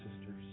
sisters